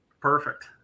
Perfect